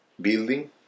building